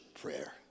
prayer